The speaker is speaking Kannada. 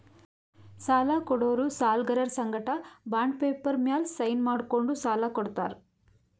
ಸಾಲ ಕೊಡೋರು ಸಾಲ್ಗರರ್ ಸಂಗಟ ಬಾಂಡ್ ಪೇಪರ್ ಮ್ಯಾಲ್ ಸೈನ್ ಮಾಡ್ಸ್ಕೊಂಡು ಸಾಲ ಕೊಡ್ತಾರ್